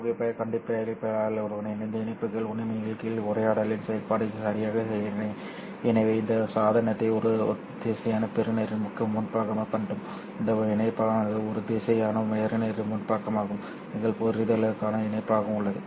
எனவே புகைப்படக் கண்டுபிடிப்பாளர்களுடன் இணைந்து இணைப்பிகள் உண்மையில் கீழ் உரையாடலின் செயல்பாட்டைச் சரியாகச் செய்கின்றன எனவே இந்த சாதனத்தை ஒரு ஒத்திசைவான பெறுநரின் முன்பக்கமாகக் கண்டோம் இந்த இணைப்பானது ஒரு ஒத்திசைவான பெறுநரின் முன்பக்கமாகவும் எங்கள் புரிதலுக்கான இணைப்பாகவும் உள்ளது